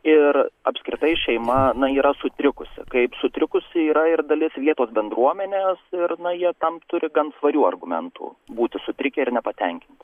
ir apskritai šeima na ji yra sutrikusi kaip sutrikusi yra ir dalis vietos bendruomenės ir na jie tam turi gan svarių argumentų būti sutrikę ir nepatenkinti